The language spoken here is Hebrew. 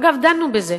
אגב, דנו בזה.